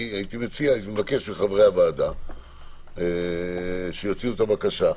הייתי מבקש מחברי הוועדה שיוציאו בקשה.